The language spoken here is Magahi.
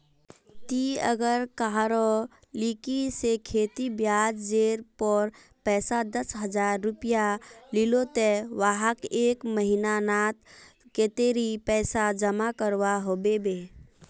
ती अगर कहारो लिकी से खेती ब्याज जेर पोर पैसा दस हजार रुपया लिलो ते वाहक एक महीना नात कतेरी पैसा जमा करवा होबे बे?